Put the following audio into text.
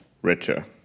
richer